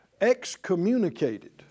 excommunicated